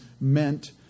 meant